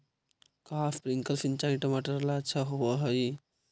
का स्प्रिंकलर सिंचाई टमाटर ला अच्छा होव हई?